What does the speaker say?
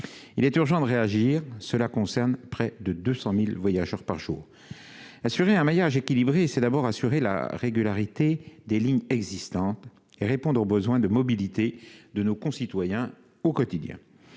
il est urgent de réagir, cela concerne près de 200000 voyageurs par jour, assurer un maillage équilibré, c'est d'abord assurer la régularité des lignes existantes, répondre aux besoins de mobilité de nos concitoyens au quotidien,